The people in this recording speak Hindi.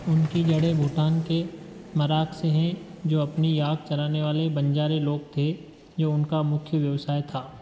उनकी जड़ें भूटान के मराक से हैं जो अपनी याक चराने वाले बंजारे लोग थे जो उनका मुख्य व्यवसाय था